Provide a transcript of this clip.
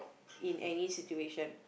in any situation